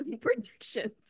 predictions